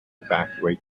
evacuate